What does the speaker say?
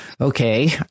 okay